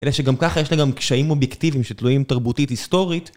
אלה שגם ככה יש להם גם קשיים אובייקטיביים שתלויים תרבותית היסטורית.